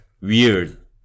weird